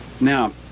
Now